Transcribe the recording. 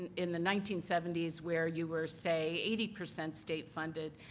and in the nineteen seventy s where you were say eighty percent state funded,